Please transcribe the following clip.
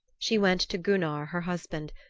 she went to gunnar, her husband,